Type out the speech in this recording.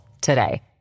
today